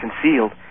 concealed